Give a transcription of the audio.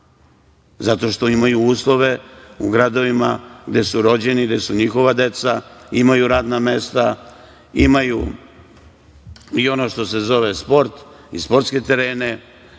Zato što imaju uslove u gradovima gde su rođeni, gde su njihova deca, imaju radna mesta, imaju ono što se zove sport, imaju sportske terene.